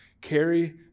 Carry